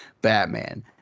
Batman